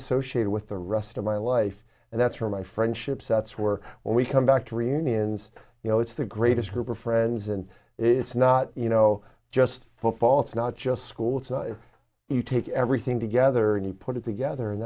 associated with the rest of my life and that's where my friendship that's were when we come back to reunions you know it's the greatest group of friends and it's not you know just football it's not just school it's you take everything together and you put it together and